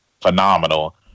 phenomenal